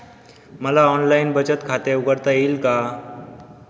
मला ऑनलाइन बचत खाते उघडता येईल का?